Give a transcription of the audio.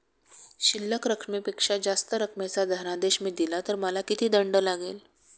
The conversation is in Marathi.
शिल्लक रकमेपेक्षा जास्त रकमेचा धनादेश मी दिला तर मला किती दंड लागेल?